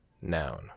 noun